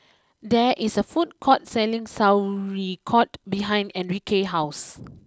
there is a food court selling Sauerkraut behind Enrique house